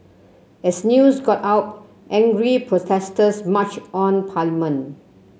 as news got out angry protesters marched on parliament